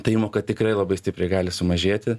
ta įmoka tikrai labai stipriai gali sumažėti